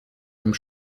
einem